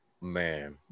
Man